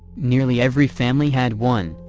nearly every family had one,